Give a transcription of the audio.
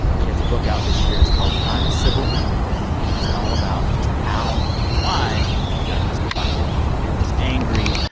she has a book out this year. it's called uncivil agreement, and it's all about just how and why we got this divided and this angry,